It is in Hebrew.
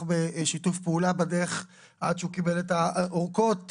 בשיתוף פעולה בדרך עד שהוא קיבל את האורכות בלו"ז,